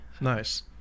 Nice